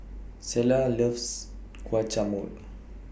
Selah loves Guacamole